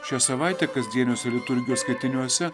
šią savaitę kasdieniuose liturgijos skaitiniuose